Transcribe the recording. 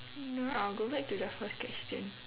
no I'll go back to the first question